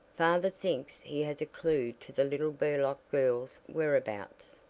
father thinks he has a clew to the little burlock girl's whereabouts.